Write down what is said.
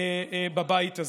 בבית הזה?